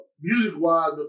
music-wise